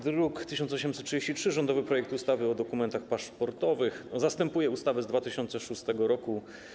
Druk nr 1833, rządowy projekt ustawy o dokumentach paszportowych, zastępuje ustawę z 2006 r.